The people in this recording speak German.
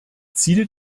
ziel